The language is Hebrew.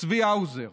צבי האוזר,